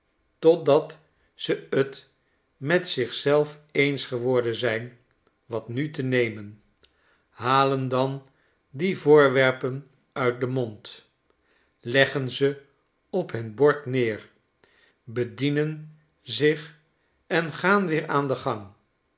totdat ze t met zich zelf eens geworden zijn wat nu te nemen halen dan die voorwerpen uit den mond l'eggen ze op hun bord neer bedienen zich en gaan weer aan den gang